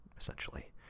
essentially